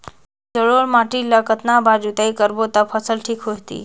जलोढ़ माटी ला कतना बार जुताई करबो ता फसल ठीक होती?